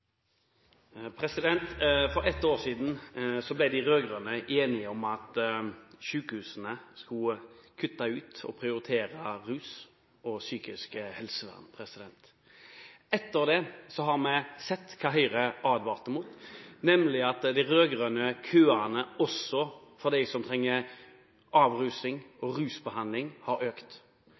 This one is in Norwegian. For ett år siden ble de rød-grønne enige om at sykehusene skulle nedprioritere rusomsorg og psykisk helsevern. Etter det har vi sett det Høyre advarte mot, nemlig at de rød-grønne køene, også for dem som trenger avrusing og rusbehandling, har økt.